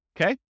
Okay